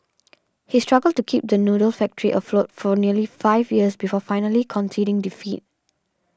he struggled to keep the noodle factory afloat for nearly five years before finally conceding defeat